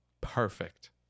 perfect